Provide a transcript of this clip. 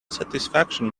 satisfaction